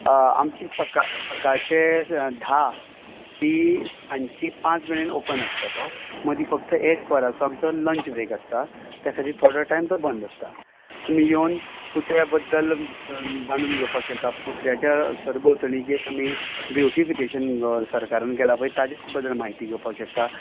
आमची सकाळ सकाळची धा ती सांजची पांच मेरेन ओपन आसता तो मद्दी फक्त एक वराचो आमचो लंच ब्रेक आसता त्या खातीर थोडो टायम तो बंद आसता तुमी येवन पुतळ्या बद्दल जाणून घेवपाक शकता पुतळ्याच्या सरभोंवतणी जें आमी ब्युटीफिकेशन सरकारान केलां पळय ताचे बद्दल म्हायती घेवपाक शकता